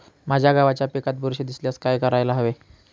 माझ्या गव्हाच्या पिकात बुरशी दिसल्यास काय करायला हवे?